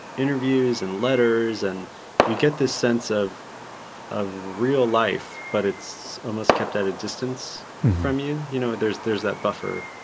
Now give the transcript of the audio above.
interviews and letters, and you get this sense of of real life, but it's almost kept at a distance from you, you know there's there's that buffer.